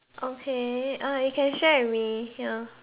okay uh you can share with me ya